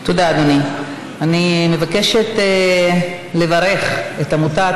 זוכרים את החוק הזה, שהגיע היום שוב לוועדת חוקה?